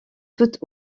toute